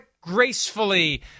gracefully